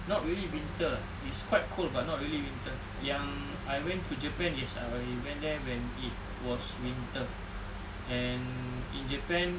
not really winter lah it's quite cold but not really winter yang I went to japan is I went there when it was winter and in japan